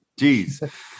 Jeez